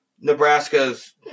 Nebraska's